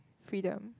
freedom